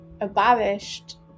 abolished